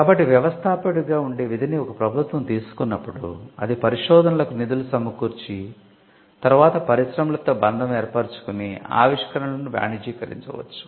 కాబట్టి 'వ్యవస్థాపకుడిగా' ఉండే విధిని ఒక ప్రభుత్వం తీసుకున్నప్పుడు అది పరిశోధనలకు నిధులు సమకూర్చి తర్వాత పరిశ్రమలతో బంధం ఏర్పరచుకుని ఆవిష్కరణలను వాణిజ్యీకరించవచ్చు